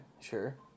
sure